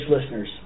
listeners